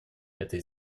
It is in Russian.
этой